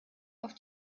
auch